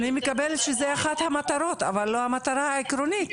אני מקבלת שזו אחת המטרות אבל לא המטרה העקרונית.